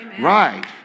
Right